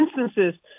instances